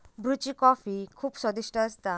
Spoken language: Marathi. ब्रुची कॉफी खुप स्वादिष्ट असता